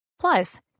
Plus